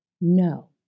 No